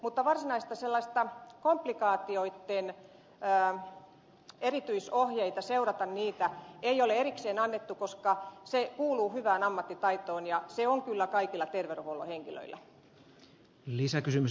mutta varsinaisia komplikaatioitten erityisohjeita seurata niitä ei ole erikseen annettu koska se kuuluu hyvään ammattitaitoon ja se on kyllä kaikilla terveydenhuollon henkilöillä